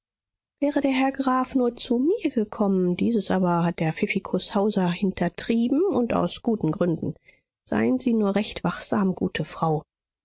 wäre der herr graf nur zu mir gekommen dieses aber hat der pfiffikus hauser hintertrieben und aus guten gründen seien sie nur recht wachsam gute frau